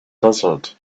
desert